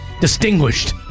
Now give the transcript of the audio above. Distinguished